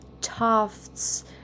Tufts